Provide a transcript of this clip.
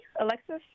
Alexis